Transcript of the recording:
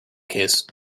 case